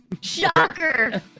Shocker